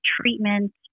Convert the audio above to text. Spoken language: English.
treatment